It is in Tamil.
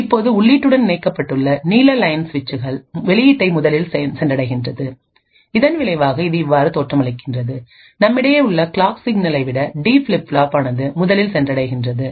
இப்போது உள்ளீட்டுடன் இணைக்கப்பட்டுள்ள நீல லயன் சுவிட்சுகள் வெளியீட்டை முதலில் சென்றடைகிறது இதன் விளைவாக இது இவ்வாறு தோற்றமளிக்கின்றது நம்மிடையே உள்ள கிளாக் சிக்னலை விட டி ஃபிளிப் ஃப்ளாப் ஆனது முதலில் சென்றடைகிறது